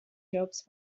jobs